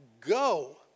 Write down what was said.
go